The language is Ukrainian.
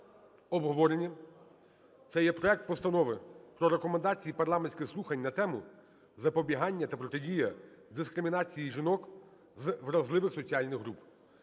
обговорення. Це є проект Постанови про Рекомендації парламентських слухань на тему: "Запобігання та протидія дискримінації жінок з вразливих соціальних груп".